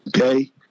okay